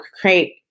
create